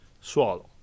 Swallow